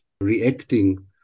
reacting